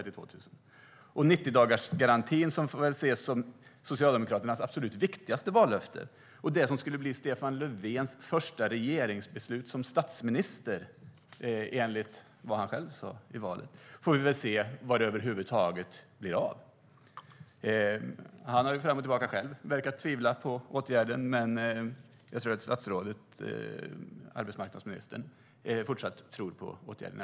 Och 90-dagarsgarantin, som väl får ses som Socialdemokraternas absolut viktigaste vallöfte och som enligt egen utsago skulle bli Stefan Löfvens första regeringsbeslut som statsminister, får vi se vad det blir av. Han verkar ibland tvivla på åtgärden, men arbetsmarknadsministern tycks fortfarande tro på den.